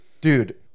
dude